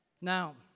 Now